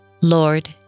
Lord